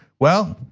well,